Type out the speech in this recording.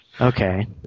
Okay